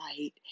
right